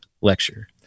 lecture